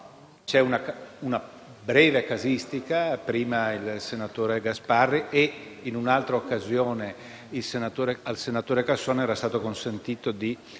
c'è una breve casistica: prima al senatore Gasparri e, in un'altra occasione, al senatore Casson era stato consentito di